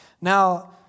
Now